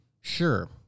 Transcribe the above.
sure